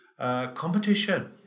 competition